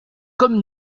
comme